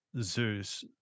Zeus